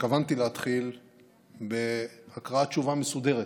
התכוונתי להתחיל בהקראת תשובה מסודרת,